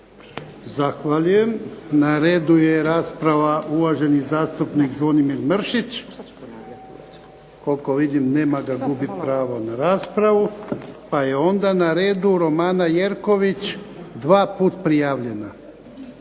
Zahvaljujem. Na redu je rasprava, uvaženi zastupnik Zvonimir Mršić. Koliko vidim nema ga, gubi pravo na raspravu. Pa je onda na redu Romana Jerković, 2 puta prijavljena.